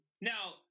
now